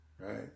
Right